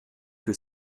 que